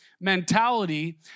mentality